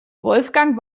wolfgang